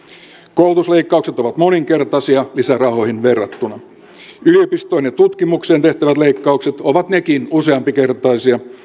koulutusleikkaukset ovat moninkertaisia lisärahoihin verrattuna yliopistoihin ja tutkimukseen tehtävät leikkaukset ovat nekin useampikertaisia